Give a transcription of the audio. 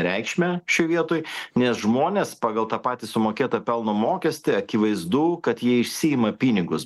reikšmę šioj vietoj nes žmonės pagal tą patį sumokėtą pelno mokestį akivaizdu kad jie išsiima pinigus